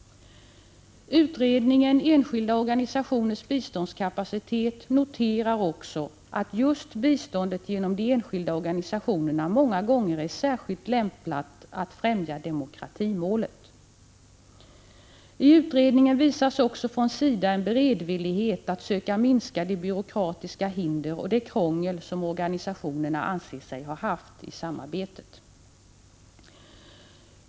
Utredningen ”Enskilda organisationers biståndskapacitet” noterar också att just biståndet genom de enskilda organisationerna många gånger är särskilt lämpat för att fträmja demokratimålet. I utredningen visas också en beredvillighet från SIDA att söka minska de byråkratiska hinder och det krångel i samarbetet som organisationerna ansett sig ha haft.